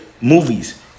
movies